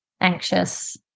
anxious